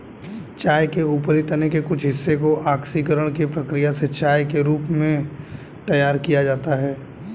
चाय के ऊपरी तने के कुछ हिस्से को ऑक्सीकरण की प्रक्रिया से चाय के रूप में तैयार किया जाता है